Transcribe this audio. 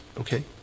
Okay